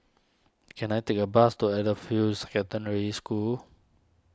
can I take a bus to Edgefield Secondary School